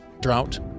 drought